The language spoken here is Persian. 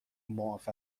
معاف